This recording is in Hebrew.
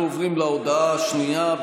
אנחנו עוברים להודעה השנייה,